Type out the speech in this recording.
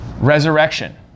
Resurrection